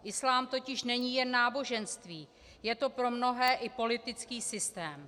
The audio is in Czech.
Islám totiž není jen náboženství, je to pro mnohé i politický systém.